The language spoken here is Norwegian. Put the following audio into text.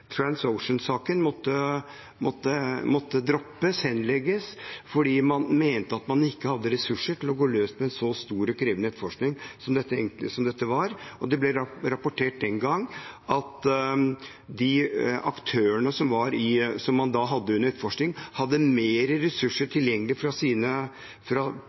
måtte droppes, henlegges, fordi man mente at man ikke hadde ressurser til å gå løs på en så stor og krevende etterforskning. Det ble rapportert, den gang, at de aktørene som man hadde under etterforskning, hadde mer ressurser